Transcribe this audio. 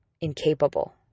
incapable